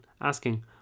asking